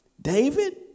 David